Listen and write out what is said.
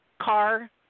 car